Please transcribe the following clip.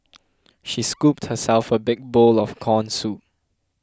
she scooped herself a big bowl of Corn Soup